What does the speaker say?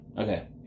Okay